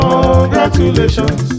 Congratulations